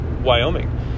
Wyoming